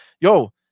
Yo